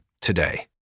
today